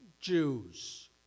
Jews